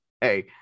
Hey